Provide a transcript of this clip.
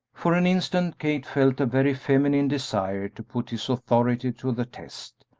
for an instant kate felt a very feminine desire to put his authority to the test,